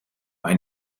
ein